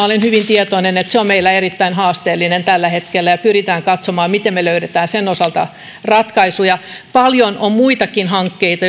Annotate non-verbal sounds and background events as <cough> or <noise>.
<unintelligible> olen hyvin tietoinen se on meillä erittäin haasteellinen tällä hetkellä ja pyrimme katsomaan miten me löydämme sen osalta ratkaisuja paljon on muitakin hankkeita